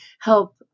help